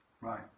right